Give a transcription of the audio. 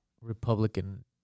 Republican